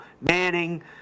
Manning